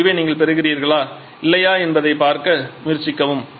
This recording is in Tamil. இந்த முடிவை நீங்கள் பெறுகிறீர்களா இல்லையா என்பதைப் பார்க்க முயற்சிக்கவும்